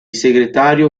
segretario